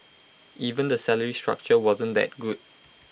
even the salary structure wasn't that good